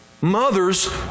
Mothers